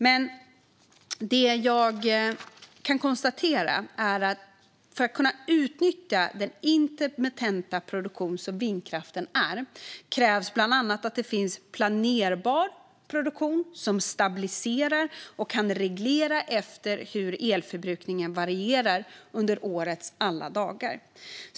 Men det jag kan konstatera är att för att kunna nyttja den intermittenta produktion som vindkraften är krävs bland annat att det finns planerbar elproduktion som stabiliserar och kan reglera efter hur elförbrukningen varierar under årets alla dagar.